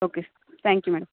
okay thank you madam